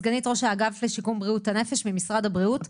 סגנית ראש האגף לשיקום בריאות הנפש ממשרד הבריאות.